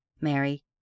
Mary